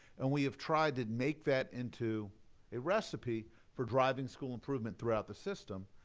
and we have tried to make that into a recipe for driving school improvement throughout the system.